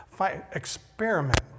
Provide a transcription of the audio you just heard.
Experiment